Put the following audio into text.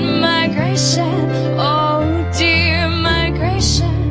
migration oh dear migration